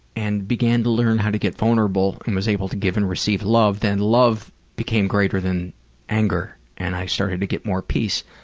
and began to learn how to get vulnerable, and was able to give and receive love, then love became greater than anger, and i started to get more peace.